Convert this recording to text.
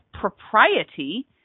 propriety